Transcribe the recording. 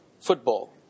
football